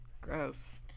gross